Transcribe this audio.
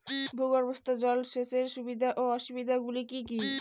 ভূগর্ভস্থ জল সেচের সুবিধা ও অসুবিধা গুলি কি কি?